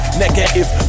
negative